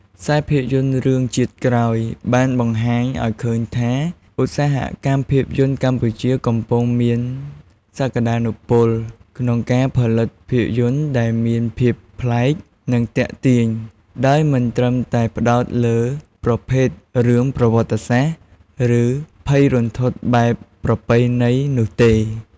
ខ្សែភាពយន្តរឿង «ជាតិក្រោយ» បានបង្ហាញឲ្យឃើញថា ឧស្សាហកម្មភាពយន្តកម្ពុជាកំពុងមានសក្ដានុពលក្នុងការផលិតភាពយន្តដែលមានភាពប្លែក និងទាក់ទាញ ដោយមិនត្រឹមតែផ្ដោតលើប្រភេទរឿងប្រវត្តិសាស្ត្រ ឬភ័យរន្ធត់បែបប្រពៃណីនោះទេ។